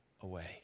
away